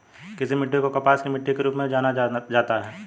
किस मिट्टी को कपास की मिट्टी के रूप में जाना जाता है?